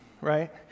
right